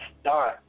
start